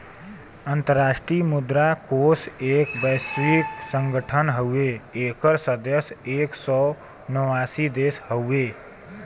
अंतराष्ट्रीय मुद्रा कोष एक वैश्विक संगठन हउवे एकर सदस्य एक सौ नवासी देश हउवे